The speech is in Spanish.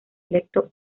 electo